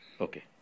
Okay